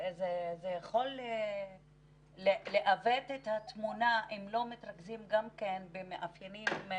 זה יכול לעוות את התמונה אם לא מתרכזים גם במאפיינים.